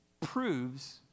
proves